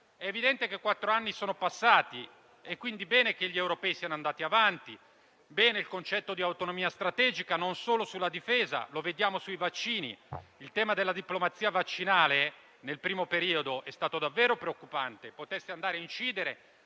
È evidente che quattro anni sono passati, quindi è un bene che gli europei siano andati avanti. È altresì positivo il concetto di autonomia strategica, non solo sulla difesa, come vediamo sui vaccini: il tema della diplomazia vaccinale nel primo periodo è stato davvero preoccupante. È importante poter incidere